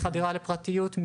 חדירה לפרטיות,